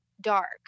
dark